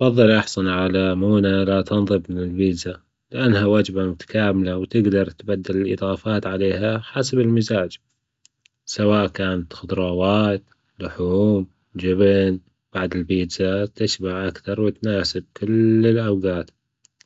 أفضل أحصل على مؤونه لاتنضب من البيتزا لأنها وجبة متكاملة وتجدر تبدل الإضافات عليها حسب المزاج سواء كانت خضروات، لحوم، جبن، بعد البيتزا تشبع أكتر وتناسب كل الأوجات،